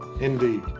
Indeed